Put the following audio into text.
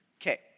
Okay